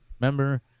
Remember